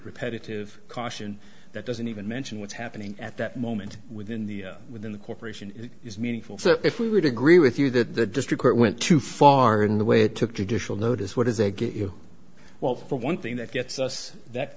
repetitive caution that doesn't even mention what's happening at that moment within the within the corporation is meaningful so if we were to agree with you that the district court went too far in the way it took traditional notice what is a get you well for one thing that gets us that